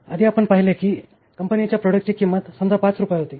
आधी आपण पहिले की कंपनीच्या प्रॉडक्टची किंमत समजा ५ रुपये होती